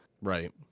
Right